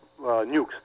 nukes